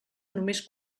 només